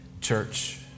church